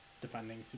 defending